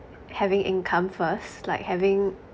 having income first like having